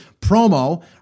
promo